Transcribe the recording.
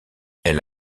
elle